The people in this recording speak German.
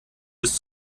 bis